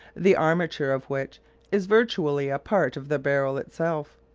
the armature of which is virtually a part of the barrel itself,